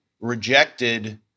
rejected